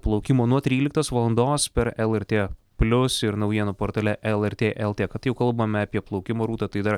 plaukimo nuo tryliktos valandos per lrt plius ir naujienų portale lrt lt kad jau kalbame apie plaukimą rūta tai dar